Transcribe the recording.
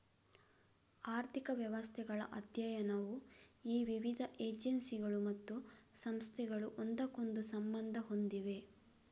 ಆರ್ಥಿಕ ವ್ಯವಸ್ಥೆಗಳ ಅಧ್ಯಯನವು ಈ ವಿವಿಧ ಏಜೆನ್ಸಿಗಳು ಮತ್ತು ಸಂಸ್ಥೆಗಳು ಒಂದಕ್ಕೊಂದು ಸಂಬಂಧ ಹೊಂದಿವೆ